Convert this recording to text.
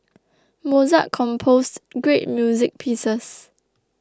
Mozart composed great music pieces